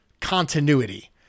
continuity